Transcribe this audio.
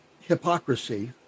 hypocrisy